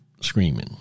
screaming